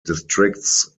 distrikts